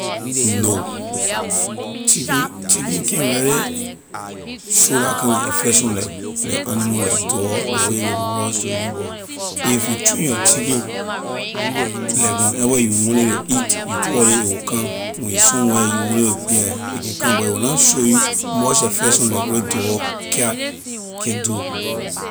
No chicken chicken can’t really show la kind na affection like like animal like dog ley way ley rush to you but if you train your chicken like whenever you want it to eat you call ley a will come when you somewhere you want it yeah a can come but a will na show you much affection like ley way dog cat can do.